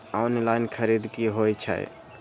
Online खरीद की होए छै?